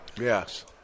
Yes